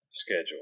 Schedule